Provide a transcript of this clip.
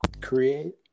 Create